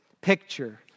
picture